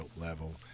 level